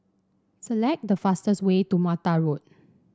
select the fastest way to Mattar Road